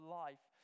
life